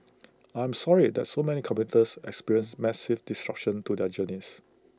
I am sorry that so many commuters experienced massive disruptions to their journeys